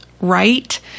right